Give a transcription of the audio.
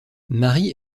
marie